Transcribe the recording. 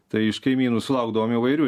tai iš kaimynų sulaukdavom įvairių